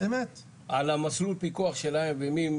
על במסלול פיקוח שלהם ומי,